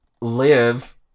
live